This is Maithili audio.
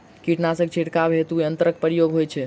कीटनासक छिड़काव हेतु केँ यंत्रक प्रयोग होइत अछि?